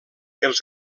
els